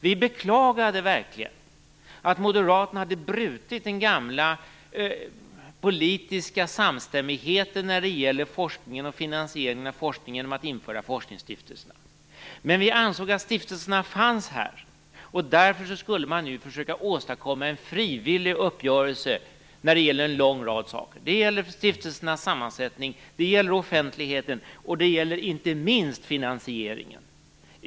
Vi beklagade verkligen att Moderaterna hade brutit den gamla politiska samstämmigheten när det gäller forskning och finansiering av forskning genom att införa forskningsstiftelserna. Men vi ansåg att stiftelserna fanns, och därför skulle man nu försöka åstadkomma en frivillig uppgörelse om en lång rad saker. Det var stiftelsernas sammansättning, offentligheten och inte minst finansieringen.